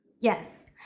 Yes